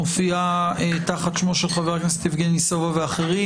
מופיעה תחת שמו של חבר הכנסת יבגני סובה ואחרים,